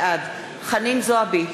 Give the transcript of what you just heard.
בעד חנין זועבי,